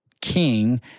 king